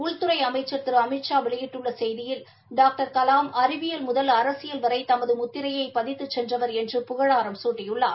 உள்துறை அமைச்ச் திரு அமித்ஷா வெளியிட்டுள்ள செய்தியில் டாக்டர் கலாம் அறிவியல் முதல் அரசியல் வரை தனது முத்திரையை பதித்து சென்றவர் என்று புகழாரம் சூட்டியுள்ளார்